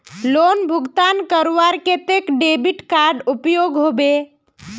Loan भुगतान करवार केते डेबिट कार्ड उपयोग होबे?